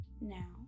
Now